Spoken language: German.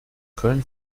köln